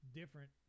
different